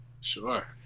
Sure